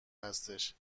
هستش